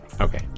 okay